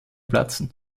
platzen